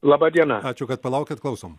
laba diena ačiū kad palaukėte klausom